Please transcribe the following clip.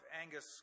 Angus